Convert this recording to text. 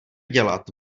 dělat